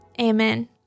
Amen